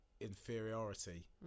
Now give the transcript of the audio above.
inferiority